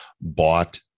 bought